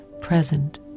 present